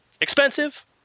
Expensive